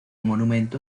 monumento